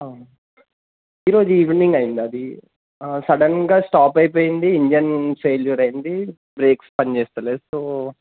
ఈరోజు ఈవినింగ్ అయ్యంది అది సడన్గా స్టాప్ అయిపోయింది ఇంజన్ ఫెయిల్యూర్ అయ్యింది బ్రేక్స్ పని చెయ్యలేదు సో